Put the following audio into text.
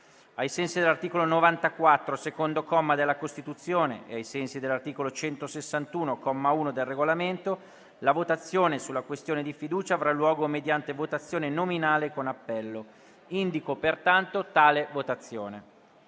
ai sensi dell'articolo 94, secondo comma, della Costituzione e ai sensi dell'articolo 161, comma 1, del Regolamento, la votazione sulla questione di fiducia avrà luogo mediante votazione nominale con appello. Ciascun senatore chiamato